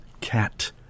cat